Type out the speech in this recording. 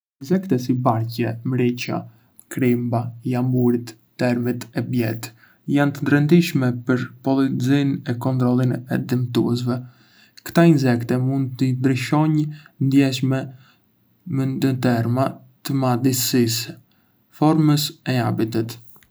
Insekte si barqe, mrica, krimba, llamburitë, termitë e bletë jandë të rëndësishme për polinizimin e kontrollin e dëmtuesve. Këta insekte mund të ndryshojndë ndjeshëm ndë terma të madhësisë, formës e habitatit.